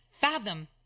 fathom